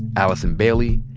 allison bailey,